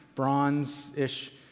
Bronze-ish